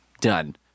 done